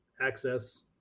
access